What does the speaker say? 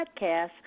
podcast